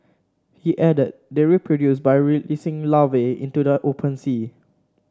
he added they reproduce by releasing larvae into the open sea